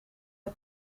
het